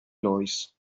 lois